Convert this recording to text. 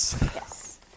Yes